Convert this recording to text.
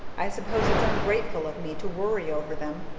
i suppose it's ungrateful of me to worry over them,